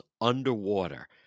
underwater